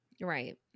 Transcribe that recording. right